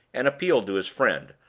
and appealed to his friend,